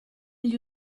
gli